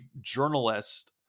journalist